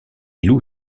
loue